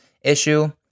issue